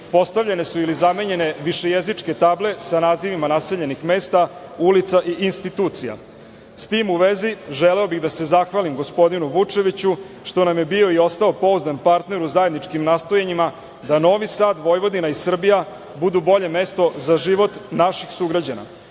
postavljene su ili zamenjene višejezičke table sa nazivima naseljenih mesta, ulica i institucija.S tim u vezi želeo bih da se zahvalim gospodinu Vučeviću što nam je bio i ostao pouzdan partner u zajedničkim nastojanjima da Novi Sad, Vojvodina i Srbija budu bolje mesto za život naših sugrađana. Ova